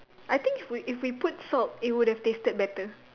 I think we if we put salt it would have tasted better